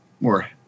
more